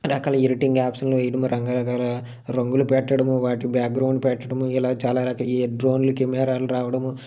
రకాల ఎడిటింగ్ యాప్స్ను వేయడం రకరకాల రంగులు పెట్టడము వాటి బ్యాక్గ్రౌండ్ పెట్టడము ఇలా చాల ఈ డ్రోన్లు కెమెరాలు రావడము